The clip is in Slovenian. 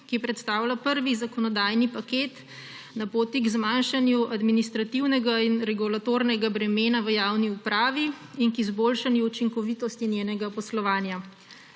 ki predstavlja prvi zakonodajni paket na poti k zmanjšanju administrativnega in regulatornega bremena v javni upravi in k izboljšanju učinkovitosti njenega poslovanja.